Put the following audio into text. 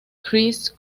christ